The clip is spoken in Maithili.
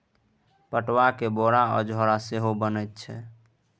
पटुआक बोरा आ झोरा सेहो बनैत छै